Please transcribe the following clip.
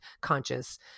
conscious